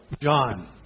John